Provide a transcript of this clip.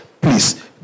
please